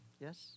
Yes